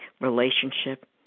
Relationship